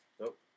Nope